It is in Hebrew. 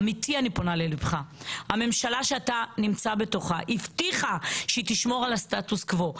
אמיתי הממשלה שאתה נמצא בתוכה הבטיחה שהיא תשמור על הסטטוס קוו.